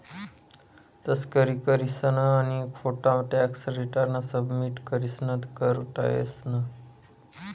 तस्करी करीसन आणि खोटा टॅक्स रिटर्न सबमिट करीसन कर टायतंस